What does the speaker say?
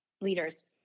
leaders